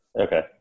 Okay